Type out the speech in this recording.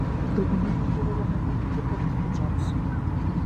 dauguma jų buvo vienaip ar kitaip artimi džobsui